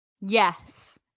Yes